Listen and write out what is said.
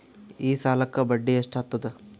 ಈ ಸಾಲಕ್ಕ ಬಡ್ಡಿ ಎಷ್ಟ ಹತ್ತದ?